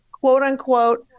quote-unquote